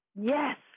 Yes